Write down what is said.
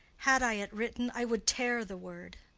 had i it written i would tear the word.